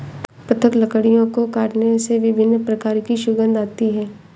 पृथक लकड़ियों को काटने से विभिन्न प्रकार की सुगंध आती है